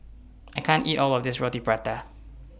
I can't eat All of This Roti Prata